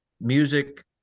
music